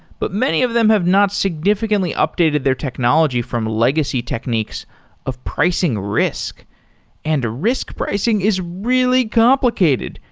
but many of them have not significantly updated their technology from legacy techniques of pricing risk and risk pricing is really complicated.